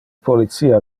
policia